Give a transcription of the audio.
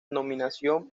nominación